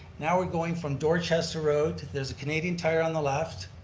now we're going from dorchester road, there's a canadian tire on the left.